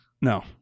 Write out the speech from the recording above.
No